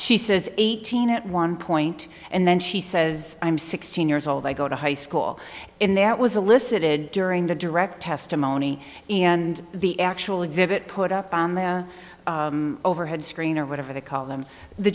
she says eighteen at one point and then she says i'm sixteen years old i go to high school in that was elicited during the direct testimony and the actual exhibit put up on the overhead screen or whatever they call them the